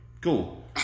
Cool